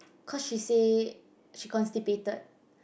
cause she say she constipated